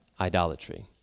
idolatry